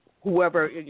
whoever